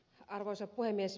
arvoisa puhemies